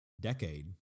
decade